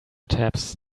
taps